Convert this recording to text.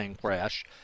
crash